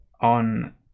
on